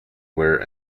were